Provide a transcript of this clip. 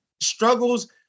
struggles